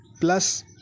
plus